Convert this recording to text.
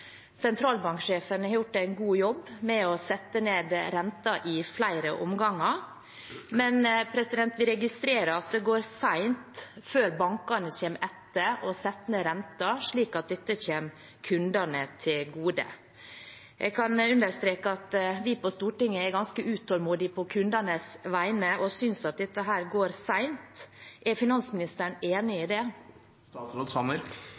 Sentralbanksjefen har også gjort en god jobb med å sette ned renten i flere omganger. Men vi registrerer at det går sent med at bankene kommer etter og setter ned renten, slik at dette kommer kundene til gode. Jeg vil understreke at vi på Stortinget er ganske utålmodige på kundenes vegne og synes at dette går sent. Er finansministeren enig i